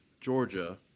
Georgia